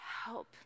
help